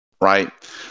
right